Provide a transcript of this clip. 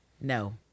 No